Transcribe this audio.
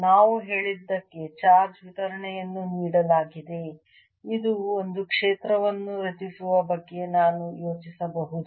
ನಾವು ಹೇಳಿದ್ದಕ್ಕೆ ಚಾರ್ಜ್ ವಿತರಣೆಯನ್ನು ನೀಡಲಾಗಿದೆ ಇದು ಒಂದು ಕ್ಷೇತ್ರವನ್ನು ರಚಿಸುವ ಬಗ್ಗೆ ನಾನು ಯೋಚಿಸಬಹುದು